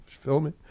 filming